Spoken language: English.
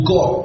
God